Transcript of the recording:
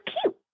cute